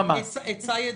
עצה ידידותית: